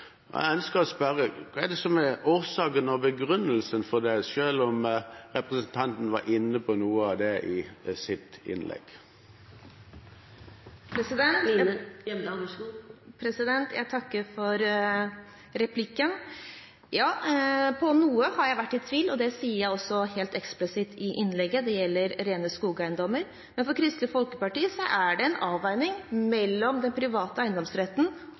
foreslått. Jeg ønsker å spørre: Hva er det som er årsaken til og begrunnelsen for det – selv om representanten var inne på noe av det i sitt innlegg? Jeg takker for replikken. Om noe har jeg vært i tvil, og det sier jeg også helt eksplisitt i innlegget. Det gjelder rene skogeiendommer. For Kristelig Folkeparti er det en avveining mellom den private eiendomsretten